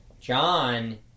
John